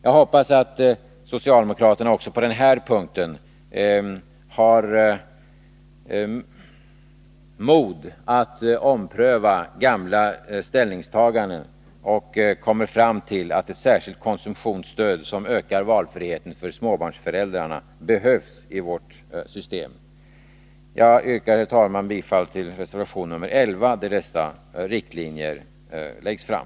Jag hoppas att socialdemokraterna också på den här punkten har mod att ompröva gamla ställningstaganden och kommer fram till att ett särskilt konsumtionsstöd som ökar valfriheten för småbarnsföräldrarna behövs. Herr talman! Jag yrkar bifall till reservation 11, där dessa riktlinjer läggs fram.